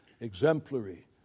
exemplary